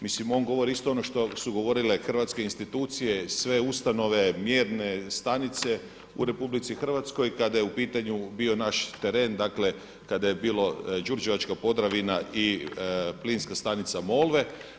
Mislim on govori isto ono što su govorile hrvatske institucije, sve ustanove mjerene stanice u RH kada je bio u pitanju naš teren, dakle kada je bila Đurđevačka Podravina i Plinska stanica MOlve.